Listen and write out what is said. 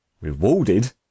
Rewarded